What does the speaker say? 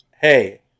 Hey